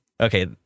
Okay